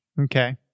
Okay